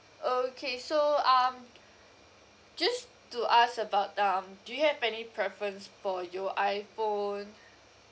okay so um just to ask about um do you have any preference for your iphone